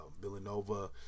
Villanova